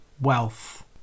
wealth